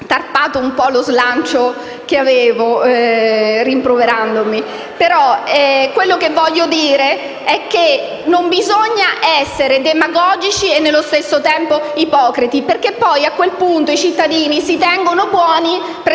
non bisogna essere demagogici e nello stesso tempo ipocriti, perché a quel punto i cittadini si tengono buoni prendendoli in